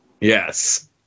Yes